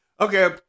Okay